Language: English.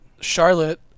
Charlotte